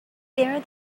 there